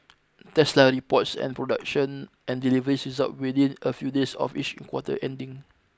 Tesla reports and production and deliveries results within a few days of each quarter ending